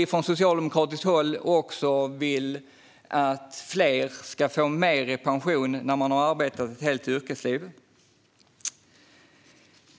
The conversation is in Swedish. Från socialdemokratiskt håll vill vi också att fler ska få mer i pension efter att ha arbetat ett helt yrkesliv.